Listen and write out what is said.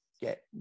Get